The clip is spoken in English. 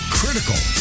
critical